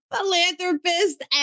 philanthropist